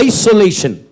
Isolation